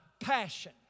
passion